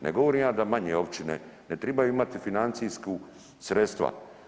Ne govorim ja da manje općine ne trebaju imati financijska sredstva.